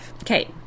Okay